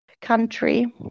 country